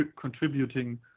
contributing